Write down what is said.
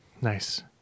Nice